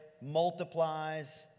multiplies